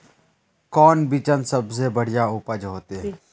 कौन बिचन सबसे बढ़िया उपज होते?